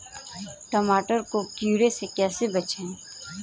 टमाटर को कीड़ों से कैसे बचाएँ?